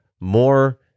more